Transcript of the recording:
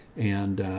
and,